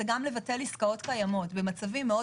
זה גם לבטל עסקאות קיימות במצבים מאוד